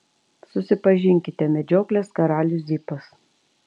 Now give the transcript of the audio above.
susipažinkite medžioklės karalius zipas